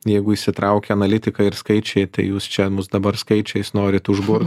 jeigu įsitraukia analitikai ir skaičiai tai jūs čia mus dabar skaičiais norit užburt